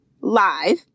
live